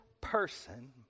person